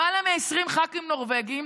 למעלה מ-20 ח"כים נורבגים,